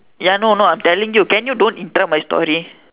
ya no no I am telling you can you don't interrupt my story